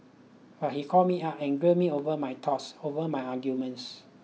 but he called me up and grilled me over my thoughts over my arguments